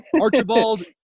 Archibald